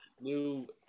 new